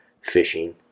fishing